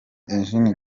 eugene